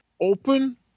open